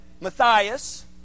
Matthias